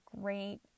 great